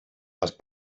els